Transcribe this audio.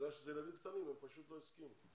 בגלל שזה ילדים קטנים הם פשוט לא הסכימו.